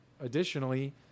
additionally